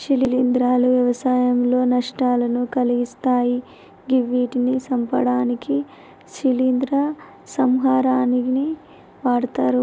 శిలీంద్రాలు వ్యవసాయంలో నష్టాలను కలిగిత్తయ్ గివ్విటిని సంపడానికి శిలీంద్ర సంహారిణిని వాడ్తరు